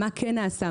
מה כן נעשה,